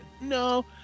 No